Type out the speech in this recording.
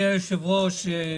היושב-ראש,